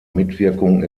mitwirkung